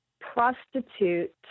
prostitute